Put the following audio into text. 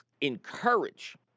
encourage